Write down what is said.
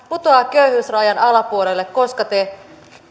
putoaa köyhyysrajan alapuolelle koska te